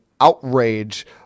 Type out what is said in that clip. outrage